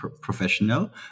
professional